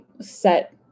set